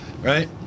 Right